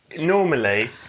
normally